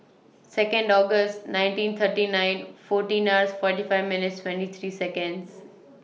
Second August nineteen thirty nine fourteen ninth forty five minutes twenty three Seconds